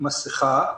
עם מסכה,